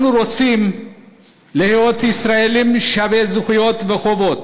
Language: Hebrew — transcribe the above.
אנחנו רוצים להיות ישראלים שווי זכויות וחובות